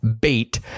bait